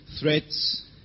threats